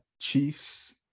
Chiefs